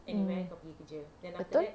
mm betul